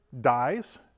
dies